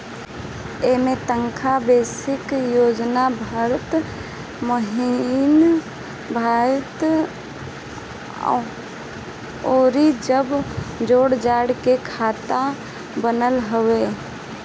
इमें तनखा के बेसिक, यात्रा भत्ता, महंगाई भत्ता अउरी जब जोड़ जाड़ के तनखा बनत हवे